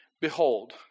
Behold